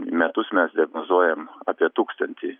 metus mes diagnozuojam apie tūkstantį